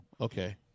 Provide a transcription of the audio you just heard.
okay